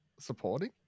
Supporting